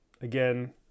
again